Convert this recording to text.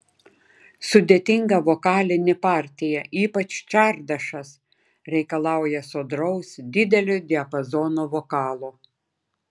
sudėtinga vokalinė partija ypač čardašas reikalauja sodraus didelio diapazono vokalo